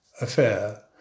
affair